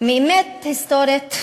מאמת היסטורית,